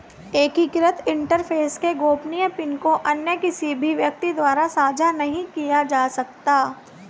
एकीकृत इंटरफ़ेस के गोपनीय पिन को अन्य किसी भी व्यक्ति द्वारा साझा नहीं किया जा सकता